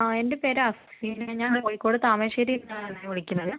ആ എൻ്റെ പേര് അഫ്സി ഞാൻ കോഴിക്കോട് താമരശ്ശേരിയിൽ നിന്നാണേ വിളിക്കുന്നത്